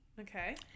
Okay